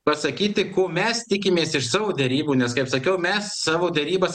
pasakyti ko mes tikimės iš savo derybų nes kaip sakiau mes savo derybas